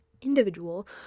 individual